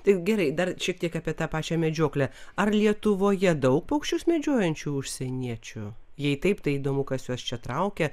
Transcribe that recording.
taip gerai dar šiek tiek apie tą pačią medžioklę ar lietuvoje daug paukščius medžiojančių užsieniečių jei taip tai įdomu kas juos čia traukia